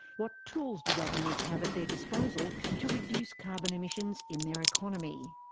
what tools do governments have at their disposal to reduce carbon emissions in their economy?